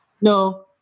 No